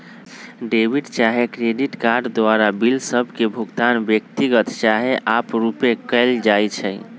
debit चाहे credit card द्वारा bill सभ के भुगतान व्यक्तिगत चाहे आपरुपे कएल जाइ छइ